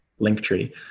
linktree